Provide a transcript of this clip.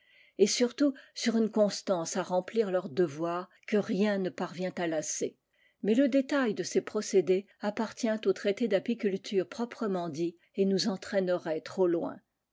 et surtout sur une constance à remplir leurs devoirs que rien ne parvient à lasser mais le détail de ces procédés appartient aux traités d'apiculture proprement dits et nous entraînerait trop loin